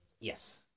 Yes